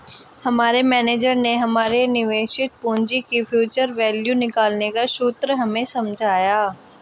हमारे मेनेजर ने हमारे निवेशित पूंजी की फ्यूचर वैल्यू निकालने का सूत्र हमें समझाया